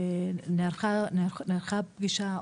נערכה פגישה,